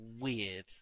weird